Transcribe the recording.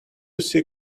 see